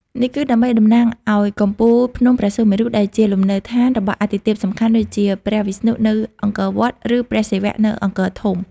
នេះគឺដើម្បីតំណាងឱ្យកំពូលភ្នំព្រះសុមេរុ ដែលជាលំនៅដ្ឋានរបស់អាទិទេពសំខាន់ ដូចជាព្រះវិស្ណុនៅអង្គរវត្ត ឬព្រះសិវៈនៅអង្គរធំ។